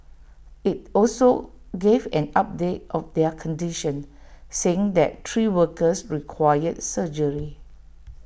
IT also gave an update of their condition saying that three workers required surgery